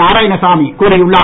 நாராயணசாமி கூறியுள்ளார்